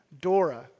Dora